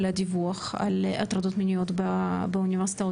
הדיווח על הטרדות מיניות באוניברסיטאות?